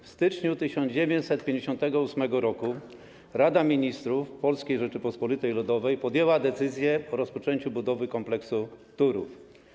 W styczniu 1958 r. Rada Ministrów Polskiej Rzeczypospolitej Ludowej podjęła decyzję o rozpoczęciu budowy kompleksu Turów.